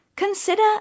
Consider